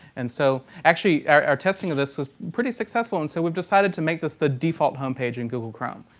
and so actually, our our testing of this was pretty successful. and so we've decided to make this the default homepage in google chrome.